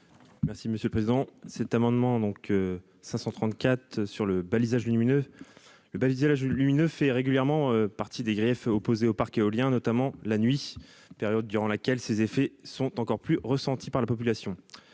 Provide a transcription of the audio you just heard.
Merci monsieur le président, cet amendement donc 534 sur le balisage lumineux le balisage lumineux fait régulièrement partie des griefs opposé au parc éolien, notamment la nuit, période durant laquelle ses effets sont encore plus ressentie par la population,